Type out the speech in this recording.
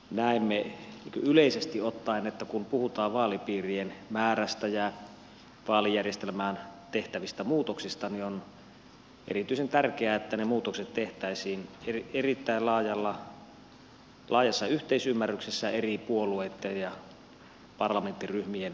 näemme yleisesti ottaen että kun puhutaan vaalipiirien määrästä ja vaalijärjestelmään tehtävistä muutoksista niin on erityisen tärkeää että ne muutokset tehtäisiin erittäin laajassa yhteisymmärryksessä eri puolueitten ja parlamenttiryhmien välillä